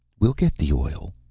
we'll get the oil,